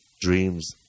dreams